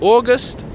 August